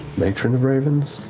matron of ravens,